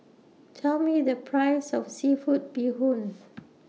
Tell Me The Price of Seafood Bee Hoon